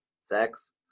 sex